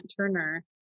Turner